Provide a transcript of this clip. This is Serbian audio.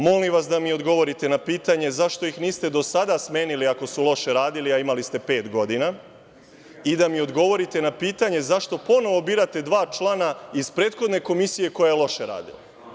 Molim vas da mi odgovorite na pitanje - zašto ih niste do sada smenili ako su loše radili, a imali ste pet godina i da mi odgovorite na pitanje zašto ponovo birate dva člana iz prethodne komisije koja je loše radila?